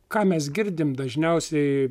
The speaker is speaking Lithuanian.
ką mes girdim dažniausiai